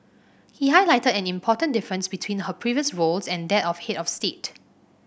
he highlighted an important difference between her previous roles and that of head of state